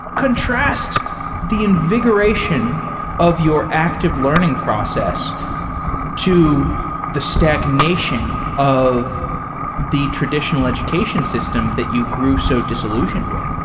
contrast the invigoration of your active learning process to the stagnation of the traditional education system that you grew so disillusioned with.